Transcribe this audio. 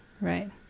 Right